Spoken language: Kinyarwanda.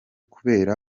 kubera